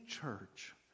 church